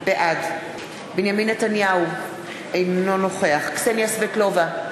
בעד בנימין נתניהו, אינו נוכח קסניה סבטלובה,